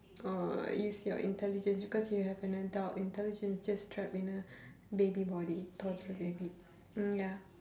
or use your intelligence because you have an adult intelligence just trapped in a baby body toddler baby mm ya